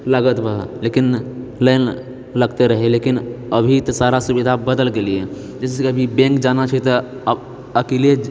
लागत बा लेकिन लाइन लगते रहै लेकिन अभी तऽ सारा सुविधा बदल गेलैए जाहिसँ अभी बैंक जाना छै तऽ आब अकेले